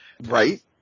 right